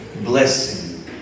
blessing